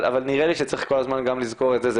אבל נראה לי שצריך כל הזמן גם לסגור את זה.